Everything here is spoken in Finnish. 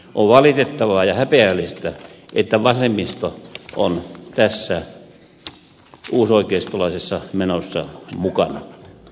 on valitettavaa ja häpeällistä että vasemmisto on tässä uusoikeistolaisessa menossa mukana